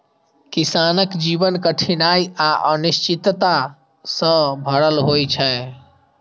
किसानक जीवन कठिनाइ आ अनिश्चितता सं भरल होइ छै